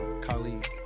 colleague